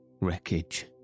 Wreckage